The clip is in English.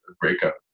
breakup